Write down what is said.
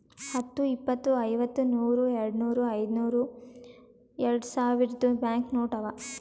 ಹತ್ತು, ಇಪ್ಪತ್, ಐವತ್ತ, ನೂರ್, ಯಾಡ್ನೂರ್, ಐಯ್ದನೂರ್, ಯಾಡ್ಸಾವಿರ್ದು ಬ್ಯಾಂಕ್ ನೋಟ್ ಅವಾ